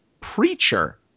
Preacher